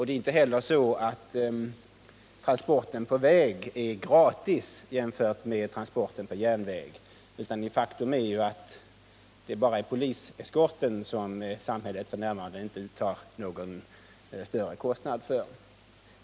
Det är inte heller så att transporten på landsväg är gratis jämfört med transporten på järnväg, utan faktum är ju att det bara är poliseskorten som samhället f. n. inte tar ut någon större kostnad för.